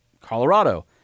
Colorado